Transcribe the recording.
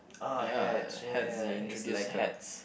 ya hats they introduce hats